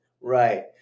right